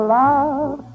love